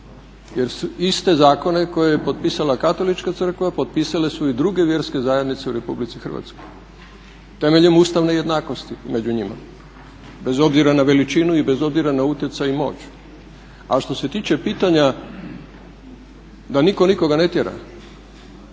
Jer iste zakone koje je potpisala Katolička crkva potpisale su i druge vjerske zajednice u Republici Hrvatskoj temeljem ustavne jednakosti među njima, bez obzira na veličinu i bez obzira na utjecaj i moć. A što se tiče pitanje da nitko nikoga ne tjera